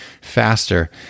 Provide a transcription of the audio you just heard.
faster